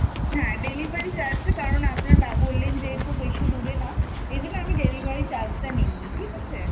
হ্যাঁ ডেলিভারি চার্জটা কারণ আপনার বা বললেন যেহেতু বেশি দূরে না এই জন্য আমি ডেলিভারি চার্জটা নিই নি ঠিক আছে